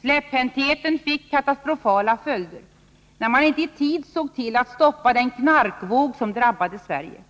Släpphäntheten fick katastrofala följder, när man inte i tid såg till att stoppa den knarkvåg som drabbade Sverige.